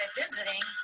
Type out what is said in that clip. visiting